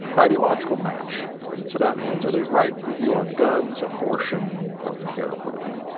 ideological match so that means are they right with you on guns abortion health care, whatever,